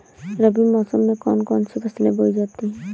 रबी मौसम में कौन कौन सी फसलें बोई जाती हैं?